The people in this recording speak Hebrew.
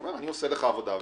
אומר: אני עושה לך עבודה.